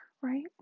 right